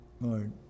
Lord